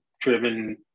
driven